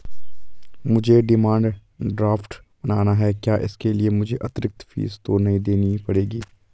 मुझे demand draft बनाना है क्या इसके लिए मुझे अतिरिक्त फीस तो नहीं देनी पड़ेगी?